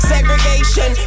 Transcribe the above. Segregation